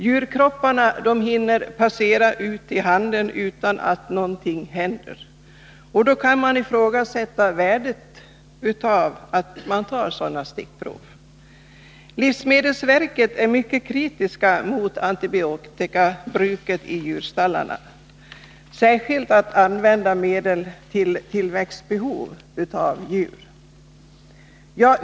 Djurkropparna hinner passera ut i handeln utan att något händer, och då kan man ifrågasätta värdet av sådana prover. Livsmedelsverket är mycket kritiskt mot antibiotikabruket i djurstallarna, särskilt mot användningen av medlet för att uppnå snabbare tillväxt.